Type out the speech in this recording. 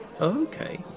Okay